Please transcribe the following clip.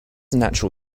natural